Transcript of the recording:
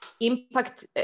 impact